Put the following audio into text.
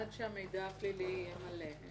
אנחנו בעד שהמידע הפלילי יהיה מלא.